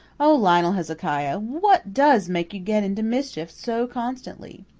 oh, lionel hezekiah, what does make you get into mischief so constantly?